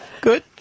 Good